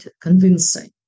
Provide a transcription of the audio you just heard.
convincing